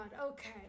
okay